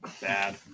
Bad